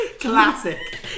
classic